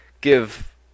give